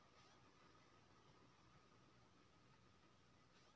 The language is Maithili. सर मिलते थे ना रिजेक्ट नय होतय सर?